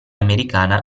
americana